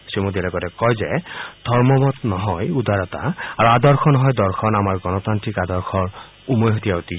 শ্ৰীমোডীয়ে লগতে কয় যে ধৰ্মমত নহয় উদাৰতা আৰু আদৰ্শ নহয় দৰ্শন আমাৰ গণতান্ত্ৰিক আদৰ্শৰ উমৈহতীয়া ঐতিহ্য